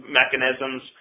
mechanisms